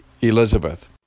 Elizabeth